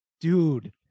dude